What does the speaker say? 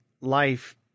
life